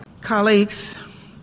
Colleagues